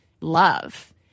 love